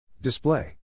Display